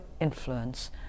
influence